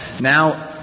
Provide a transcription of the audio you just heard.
now